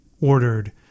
ordered